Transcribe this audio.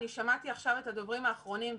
אני שמעתי עכשיו את הדוברים האחרונים,